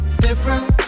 Different